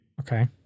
Okay